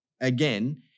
again